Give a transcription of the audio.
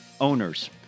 owners